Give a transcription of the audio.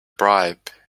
bribe